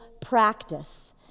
practice